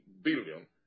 billion